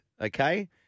Okay